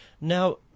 Now